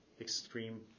extreme